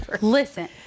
Listen